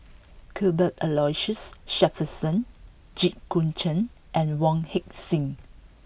Cuthbert Aloysius Shepherdson Jit Koon Ch'ng and Wong Heck Sing